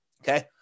Okay